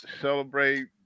celebrate